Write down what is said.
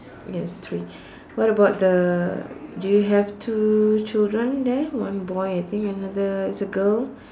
yes three what about the do you have two children there one boy I think another is a girl